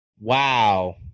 wow